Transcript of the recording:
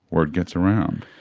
word gets around.